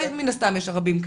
מן הסתם יש רבים כאלה.